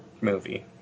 movie